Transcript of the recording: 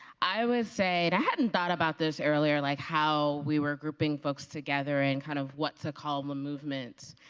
i would say, and i hadn't thought about this earlier, like how we were grouping folks together and kind of what to call the movement,